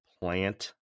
plant